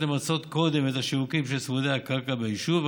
למצות קודם את השיווקים של צמודי הקרקע ביישוב,